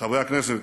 חברי הכנסת,